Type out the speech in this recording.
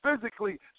physically